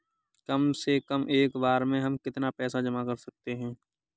कम से कम एक बार में हम कितना पैसा जमा कर सकते हैं?